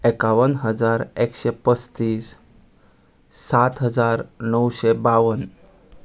एकावन हजार एकशे पसतीस सात हजार णवशे बावन्न